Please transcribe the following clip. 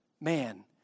man